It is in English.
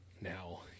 Now